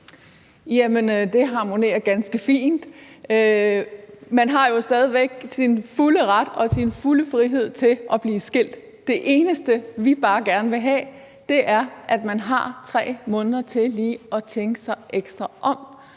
Jamen det harmonerer ganske fint. Man har jo stadig væk sin fulde ret og sin fulde frihed til at blive skilt. Det eneste, vi bare gerne vil have, er, at man har 3 måneder til lige at tænke sig ekstra om,